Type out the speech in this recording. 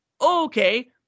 okay